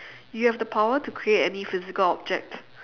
you have the power to create any physical object